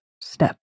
step